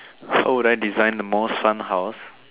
how would I design the most fun house